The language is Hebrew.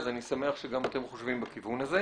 אז אני שמח שגם אתם חושבים בכיוון הזה.